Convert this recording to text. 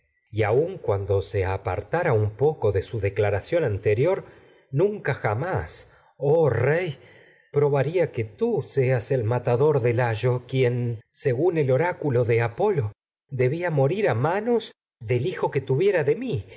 y cuando apartara un poco de su declaración anterior seas nunca jamás oh rey probaría que tú el matador mo de rir layo quien a manos según hijo el oráculo de apolo debía del que tuviera de mi